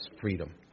freedom